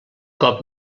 cop